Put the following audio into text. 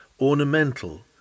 ornamental